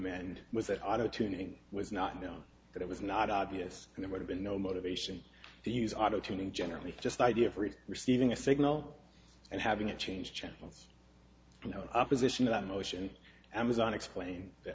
was that auto tuning was not known that it was not obvious and it would have been no motivation to use auto tuning generally just idea for receiving a signal and having to change channels no opposition to that motion amazon explain that